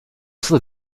stato